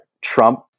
Trump